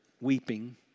weeping